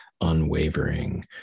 unwavering